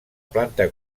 planta